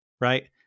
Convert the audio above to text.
right